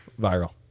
Viral